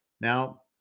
now